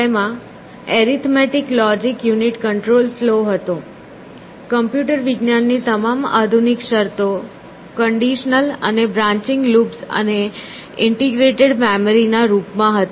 તેમાં arithmetic logic unit control flow હતો computer વિજ્ઞાન ની તમામ આધુનિક શરતો કંડીશનલ અને બ્રાંન્ચિંગ લૂપ્સ અને ઇન્ટીગ્રેટેડ મેમરી ના રૂપ માં હતી